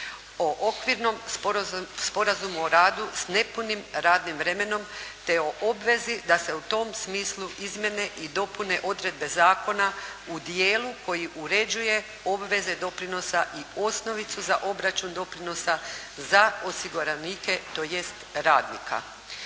o Okvirnom sporazumom o radu s nepunim radnim vremenom, te o obvezi da se u tom smislu izmjene i dopune odredbe zakona u dijelu koji uređuje obveze doprinosa i osnovicu za obračun doprinosa za osiguranike tj. radnika